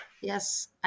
yes